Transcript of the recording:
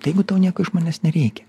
tai jeigu tau nieko iš manęs nereikia